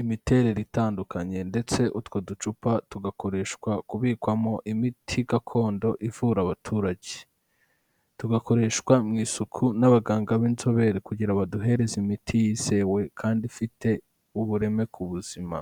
imiterere itandukanye ndetse utwo ducupa tugakoreshwa kubikwamo imiti gakondo ivura abaturage. Tugakoreshwa mu isuku n'abaganga b'inzobere kugira baduhereze imiti yizewe kandi ifite ubureme ku buzima.